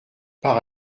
par